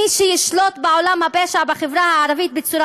מי שישלוט בעולם הפשע בחברה הערבית בצורה